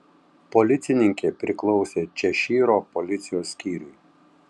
policininkė priklausė češyro policijos skyriui